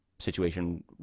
Situation